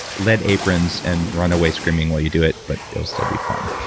lead aprons and run away screaming while you do it, but it'll still be fun.